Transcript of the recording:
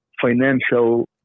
financial